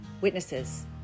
witnesses